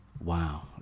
Wow